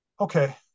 okay